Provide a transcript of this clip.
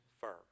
firm